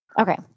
Okay